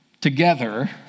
together